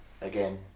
again